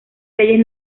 leyes